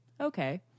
okay